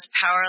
power